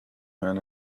man